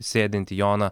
sėdintį joną